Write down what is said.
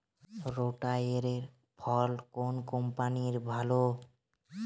রোটারের ফল কোন কম্পানির ভালো?